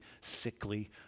sickly